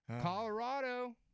Colorado